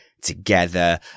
together